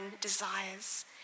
desires